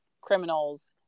criminals